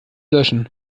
löschen